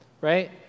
Right